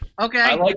Okay